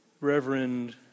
Reverend